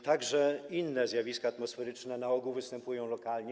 Także inne zjawiska atmosferyczne na ogół występują lokalnie.